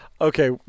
Okay